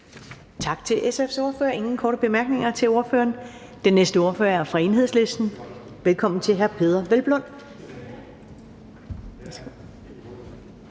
Tak til SF's ordfører. Der er ingen korte bemærkninger til ordføreren. Den næste ordfører er fra Enhedslisten. Velkommen til hr. Peder Hvelplund.